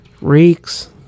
reeks